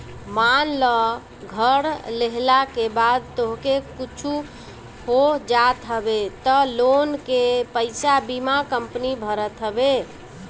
मान लअ घर लेहला के बाद तोहके कुछु हो जात हवे तअ लोन के पईसा बीमा कंपनी भरत हवे